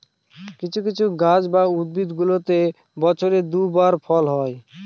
কিছু কিছু গাছ বা উদ্ভিদগুলোতে বছরে দুই বার ফল হয়